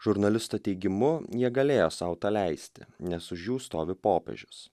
žurnalisto teigimu jie galėjo sau tą leisti nes už jų stovi popiežius